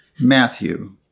Matthew